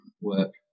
work